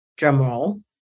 drumroll